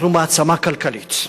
אנחנו מעצמה כלכלית,